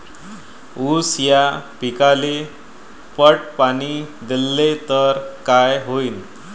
ऊस या पिकाले पट पाणी देल्ल तर काय होईन?